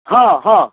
हाँ हाँ